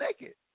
naked